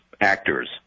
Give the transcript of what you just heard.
actors